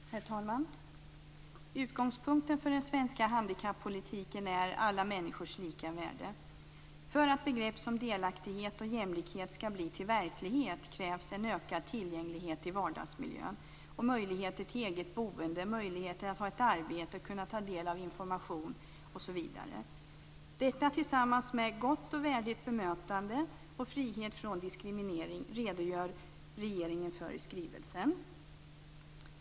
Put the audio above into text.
Herr talman! Utgångspunkten för den svenska handikappolitiken är alla människors lika värde. För att begrepp som delaktighet och jämlikhet skall bli till verklighet krävs en ökad tillgänglighet i vardagsmiljön samt möjligheter till eget boende, möjligheter att ha ett arbete, att ta del av information osv. Detta tillsammans med ett gott och vänligt bemötande och frihet från diskriminering redogör regeringen för i skrivelsen.